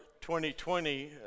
2020